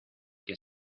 que